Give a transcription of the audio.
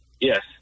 Yes